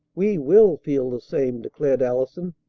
we will feel the same! declared allison.